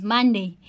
Monday